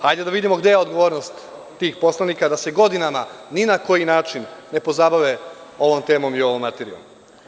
Hajde, da vidimo gde je odgovornost tih poslanika da se godinama ni na koji način ne pozabave ovom temom i ovom materijom.